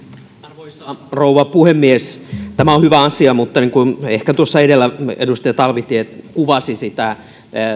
arvoisa rouva puhemies tämä on hyvä asia mutta niin kuin tuossa edellä edustaja talvitie kuvasi sitä